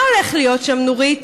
מה הולך להיות שם, נורית?